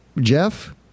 Jeff